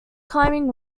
climbing